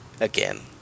again